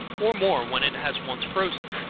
or more, when it has once frozen,